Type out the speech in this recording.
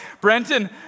Brenton